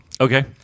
Okay